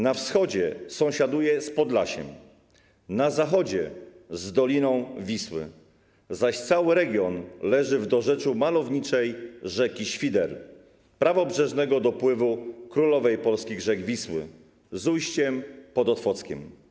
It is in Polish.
Na wschodzie sąsiaduje z Podlasiem, na zachodzie z doliną Wisły, zaś cały region leży w dorzeczu malowniczej rzeki Świder, prawobrzeżnego dopływu królowej polskich rzek Wisły, z ujściem pod Otwockiem.